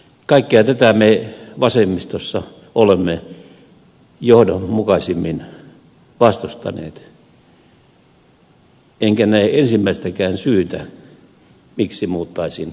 kaikkea tätä me vasemmistossa olemme johdonmukaisimmin vastustaneet enkä näe ensimmäistäkään syytä miksi muuttaisin kantani